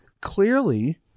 clearly